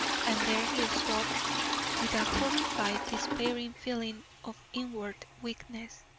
and there he stopped with a horrified, despairing feeling of inward weakness.